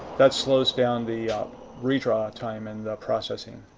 that slows down the re-draw time in processing.